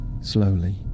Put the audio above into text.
slowly